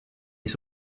has